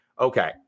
Okay